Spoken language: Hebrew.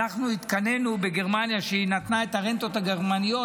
שאנחנו התקנאנו בגרמניה שהיא נתנה את הרנטות הגרמניות,